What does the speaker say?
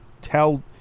tell